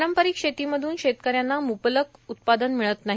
पारंपारिक शेतीमधून शेतकऱ्यांना मुबलक उत्पादन मिळत नाही